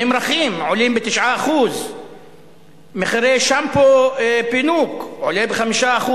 ממרחים עולים ב-9%; מחיר שמפו "פינוק" עולה ב-5%.